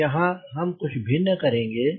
पर यहाँ हम कुछ भिन्न करेंगे